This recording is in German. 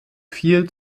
viel